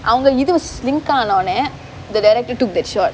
அவங்க இது:avanga ithu sink ஆன உடனே:aanaa udanae the director took that shot